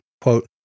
quote